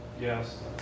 Yes